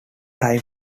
time